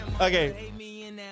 Okay